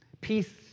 Peace